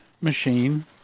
machine